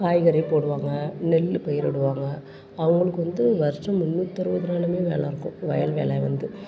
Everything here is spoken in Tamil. காய்கறி போடுவாங்க நெல்லு பயிரிடுவாங்க அவங்களுக்கு வந்து வருடம் முந்நூத்தறுவது நாளும் வேலை இருக்கும் வயல் வேலை வந்து